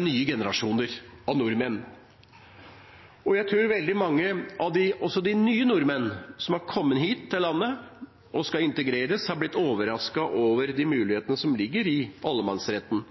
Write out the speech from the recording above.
nye generasjoner av nordmenn. Jeg tror veldig mange nye nordmenn som har kommet hit til landet og skal integreres, har blitt overrasket over de mulighetene som ligger i allemannsretten